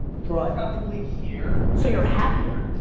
draw it. probably here. so you're happier?